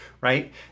right